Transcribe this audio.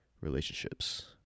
relationships